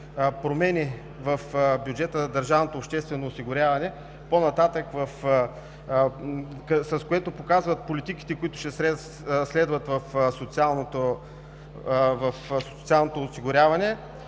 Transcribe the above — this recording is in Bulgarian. промени в бюджета на държавното обществено осигуряване, с което показват политиките, които ще следват в социалното осигуряване,